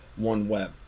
OneWeb